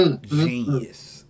genius